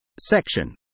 Section